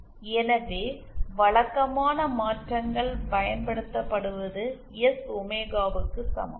எனவே வழக்கமான மாற்றங்கள் பயன்படுத்தப்படுவது எஸ் ஒமேகாவுக்கு சமம்